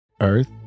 Earth